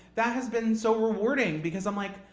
that has been so rewarding because i'm like,